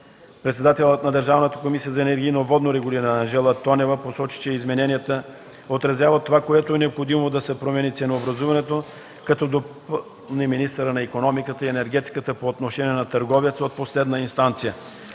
Председателят на Държавната комисия за енергийно и водно регулиране Анжела Тонева посочи, че измененията отразяват това, което е необходимо, за да се промени ценообразуването, като допълни министъра на икономиката и енергетиката по отношение на търговеца от последна инстанция,